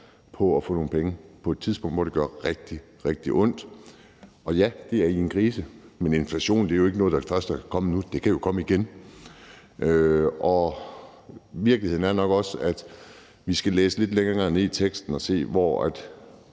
på at få nogle penge på et tidspunkt, hvor det gør rigtig, rigtig ondt. Ja, vi er i en krise, men inflation er jo ikke noget, der først er opstået nu, og det kan komme igen. Virkeligheden er nok også, at vi skal læse lidt længere ned i teksten og se, hvad